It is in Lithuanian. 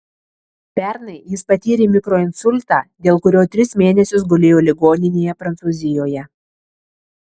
pernai jis patyrė mikroinsultą dėl kurio tris mėnesius gulėjo ligoninėje prancūzijoje